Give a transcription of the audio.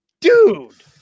dude